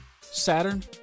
Saturn